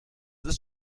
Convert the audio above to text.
ist